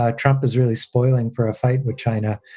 ah trump is really spoiling for a fight with china,